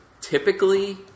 typically